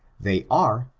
they are,